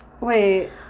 wait